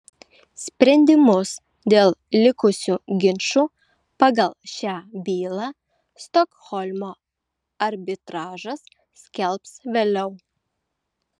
sprendimus dėl likusių ginčų pagal šią bylą stokholmo arbitražas skelbs vėliau